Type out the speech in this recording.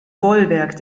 bollwerk